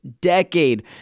decade